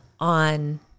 on